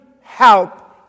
help